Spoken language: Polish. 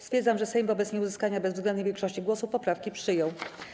Stwierdzam, że Sejm wobec nieuzyskania bezwzględnej większości głosów poprawki przyjął.